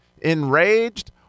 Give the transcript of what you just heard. enraged